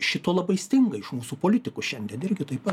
šito labai stinga iš mūsų politikų šiandien irgi taip